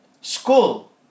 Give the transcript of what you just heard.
school